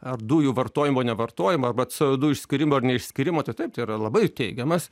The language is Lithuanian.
ar dujų vartojimo nevartojimo arba c o du išskyrimo ar neišskyrimo tai taip tai yra labai teigiamas